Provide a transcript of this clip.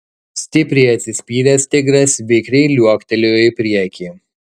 stipriai atsispyręs tigras vikriai liuoktelėjo į priekį